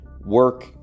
work